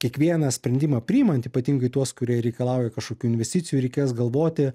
kiekvieną sprendimą priimant ypatingai tuos kurie reikalauja kažkokių investicijų reikės galvoti